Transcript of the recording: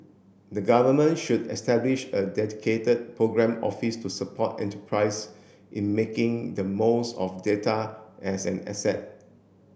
the Government should establish a dedicated programme office to support enterprises in making the most of data as an asset